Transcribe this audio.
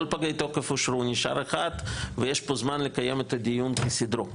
כל פגי התוקף אושרו ונשאר אחד ויש זמן לקיים את הדיון כסדרו.